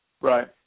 Right